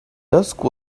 dusk